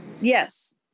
Yes